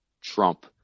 trump